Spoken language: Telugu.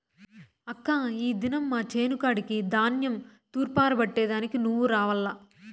అక్కా ఈ దినం మా చేను కాడికి ధాన్యం తూర్పారబట్టే దానికి నువ్వు రావాల్ల